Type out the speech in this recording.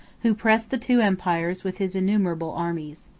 who pressed the two empires with his innumerable armies.